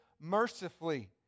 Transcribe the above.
mercifully